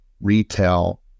retail